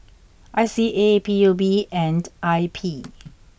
I C A P U B and I P